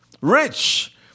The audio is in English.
rich